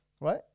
right